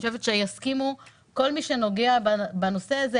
אני חושבת שיסכימו כל מי שנוגע בנושא הזה,